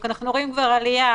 אנחנו מביאים עצורים